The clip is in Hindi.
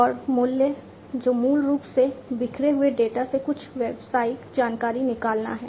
और मूल्य जो मूल रूप से बिखरे हुए डेटा से कुछ व्यावसायिक जानकारी निकालना है